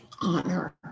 honor